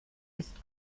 ist